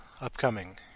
upcoming